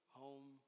home